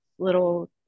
Little